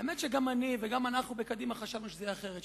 האמת היא שגם אני וגם אנחנו בקדימה חשבנו שזה יהיה אחרת,